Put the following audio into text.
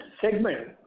segment